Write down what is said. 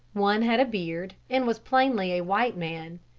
one had a beard and was plainly a white man.